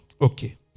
Okay